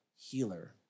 healer